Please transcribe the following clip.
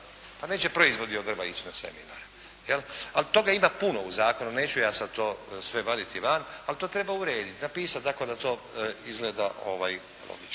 Pa neće proizvodi od drva ići na seminar. Ali toga ima puno u zakonu, neću ja sad to sve vaditi van, ali to treba urediti, napisati tako da to izgleda logično.